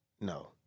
no